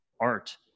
art